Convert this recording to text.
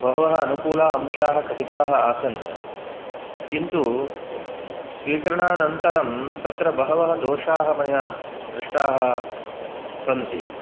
बहवः अनुकूलाः अंशाः कथिताः आसन् किन्तु स्वीकरणानन्तरं तत्र बहवः दोषाः मया दृष्टाः सन्ति